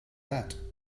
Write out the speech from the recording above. that